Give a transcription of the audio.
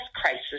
crisis